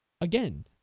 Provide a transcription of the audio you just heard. again